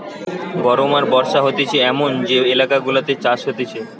গরম আর বর্ষা হতিছে এমন যে এলাকা গুলাতে চাষ হতিছে